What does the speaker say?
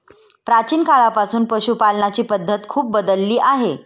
प्राचीन काळापासून पशुपालनाची पद्धत खूप बदलली आहे